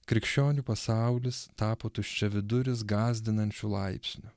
krikščionių pasaulis tapo tuščiaviduris gąsdinančiu laipsniu